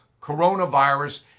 coronavirus